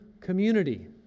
community